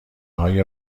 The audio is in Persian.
های